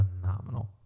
phenomenal